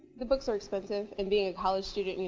the books are expensive. and being a college student, you know